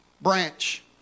branch